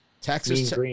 Texas